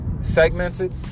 segmented